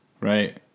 right